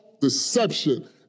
deception